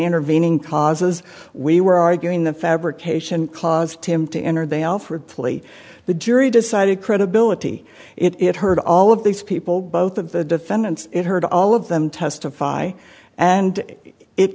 intervening causes we were arguing the fabrication caused him to enter they offered plea the jury decided credibility it heard all of these people both of the defendants had heard all of them testify and it